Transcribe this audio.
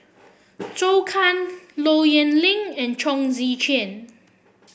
Zhou Can Low Yen Ling and Chong Tze Chien